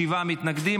שבעה מתנגדים.